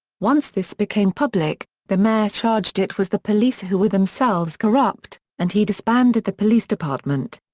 once this became public, the mayor charged it was the police who were themselves corrupt, and he disbanded the police department.